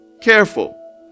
Careful